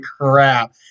crap